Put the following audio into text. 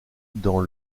dans